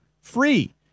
free